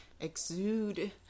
exude